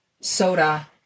soda